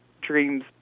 dreams